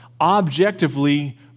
objectively